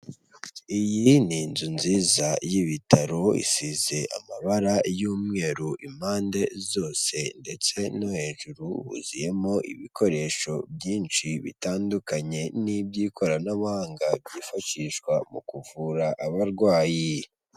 Iyi ni inzu nziza y'ibitaro isize amabara y'umweru impande zose, ndetse no hejuru huzuyemo ibikoresho byinshi bitandukanye n'iby'ikoranabuhanga, byifashishwa mu kuvura abarwayi.